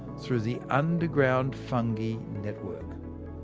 through the underground fungi network.